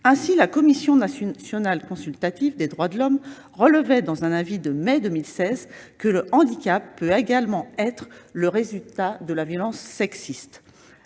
Ainsi, la Commission nationale consultative des droits de l'homme relevait, dans un avis de mai 2016 :« Le handicap peut également être le résultat de la violence sexiste.